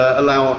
allow